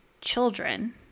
children